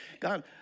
God